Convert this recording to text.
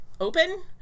Open